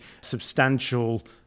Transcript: substantial